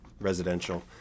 residential